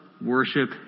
worship